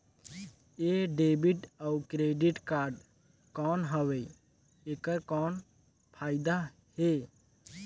ये डेबिट अउ credit card कौन हवे एकर कौन फाइदा हे?